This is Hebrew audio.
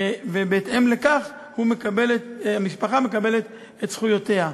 ובהתאם לכך המשפחה מקבלת את זכויותיה.